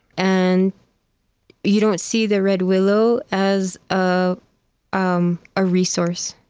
and you don't see the red willow as a um ah resource,